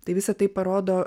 tai visa tai parodo